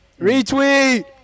Retweet